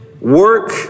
work